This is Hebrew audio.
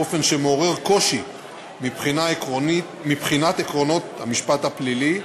באופן שמעורר קושי מבחינת עקרונות המשפט הפלילי.